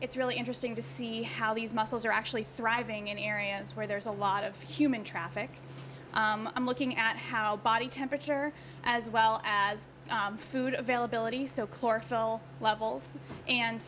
it's really interesting to see how these muscles are actually thriving in areas where there is a lot of human traffic i'm looking at how body temperature as well as food availability so chlorophyll levels and